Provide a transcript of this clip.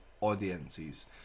Audiences